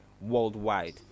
worldwide